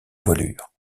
voilure